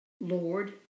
Lord